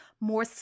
more